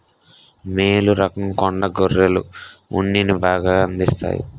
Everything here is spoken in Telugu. మేలు రకం కొండ గొర్రెలు ఉన్నిని బాగా అందిస్తాయి